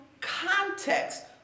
context